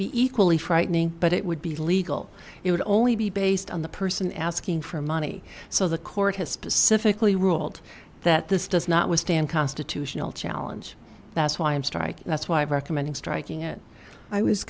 be equally frightening but it would be legal it would only be based on the person asking for money so the court has specifically ruled that this does not withstand constitutional challenge that's why i'm strike that's why i'm recommending striking it i was